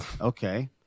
Okay